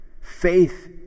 Faith